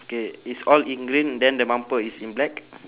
K it's all in green then the bumper is in black